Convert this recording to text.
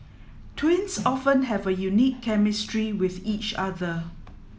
twins often have a unique chemistry with each other